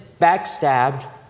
backstabbed